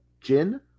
gin